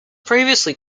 previously